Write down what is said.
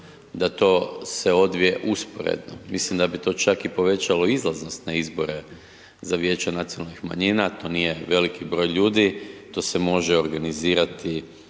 da to se odvije usporedno, mislim da bi to čak i povećalo i izlaznost na izbore za Vijeća nacionalnih manjina, to nije veliki broj ljudi, to se može organizirati